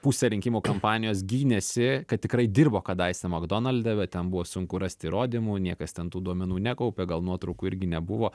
pusę rinkimų kampanijos gynėsi kad tikrai dirbo kadaise makdonalde bet ten buvo sunku rasti įrodymų niekas ten tų duomenų nekaupia gal nuotraukų irgi nebuvo